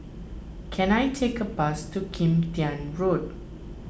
can I take a bus to Kim Tian Road